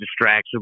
distraction